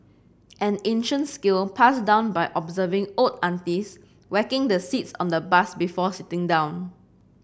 an ancient skill passed down by observing old aunties whacking the seats on the bus before sitting down